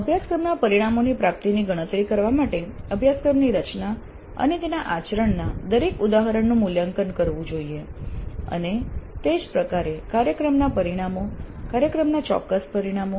અભ્યાસક્રમના પરિણામોની પ્રાપ્તિની ગણતરી કરવા માટે અભ્યાસક્રમની રચના અને તેના આચરણના દરેક ઉદાહરણનું મૂલ્યાંકન કરવું જોઈએ અને તે જ પ્રકારે કાર્યક્રમના પરિણામો કાર્યક્રમના ચોક્કસ પરિણામો